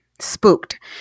spooked